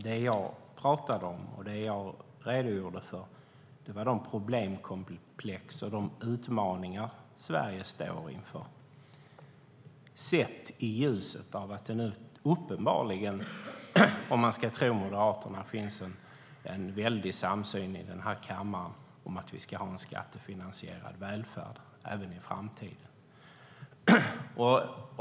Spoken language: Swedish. Det jag pratade om och det jag redogjorde för var de problemkomplex och de utmaningar som Sverige står inför, sett i ljuset av att det nu uppenbarligen, om man ska tro Moderaterna, finns en väldig samsyn i den här kammaren om att vi ska ha en skattefinansierad välfärd även i framtiden.